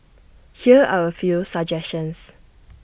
here are A few suggestions